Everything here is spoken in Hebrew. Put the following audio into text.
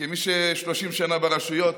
כמי שנמצא 30 שנה ברשויות: